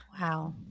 Wow